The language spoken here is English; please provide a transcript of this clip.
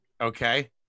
Okay